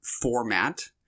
format